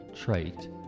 trait